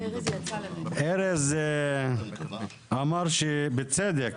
ארז אמר, בצדק כמובן,